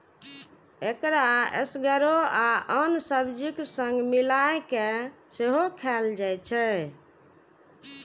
एकरा एसगरो आ आन सब्जीक संग मिलाय कें सेहो खाएल जाइ छै